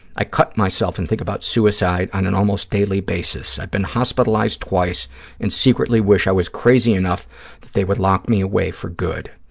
i cut myself and think about suicide on an almost-daily basis. i've been hospitalized twice and secretly wish i was crazy enough that they would lock me away for good.